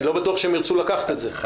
אני לא בטוח שהם ירצו לקחת את זה.